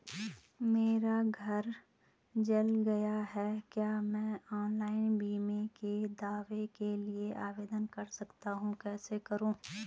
मेरा घर जल गया है क्या मैं ऑनलाइन बीमे के दावे के लिए आवेदन कर सकता हूँ कैसे करूँ?